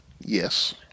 Yes